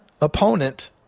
opponent